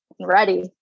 ready